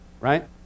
right